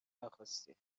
نخواستی